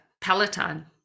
Peloton